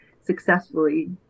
successfully